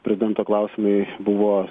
prezidento klausimai buvo